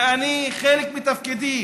ואני, חלק מתפקידי